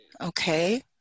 Okay